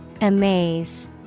Amaze